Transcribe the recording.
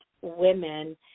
women